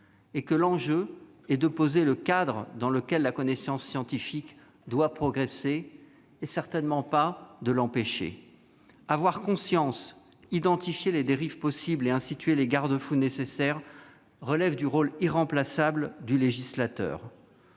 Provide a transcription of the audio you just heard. L'enjeu est de poser le cadre dans lequel la connaissance scientifique doit progresser, et certainement pas de l'empêcher. Avoir conscience, identifier les dérives possibles et instituer les garde-fous nécessaires relèvent du rôle irremplaçable du législateur.